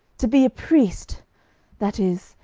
to be a priest that is,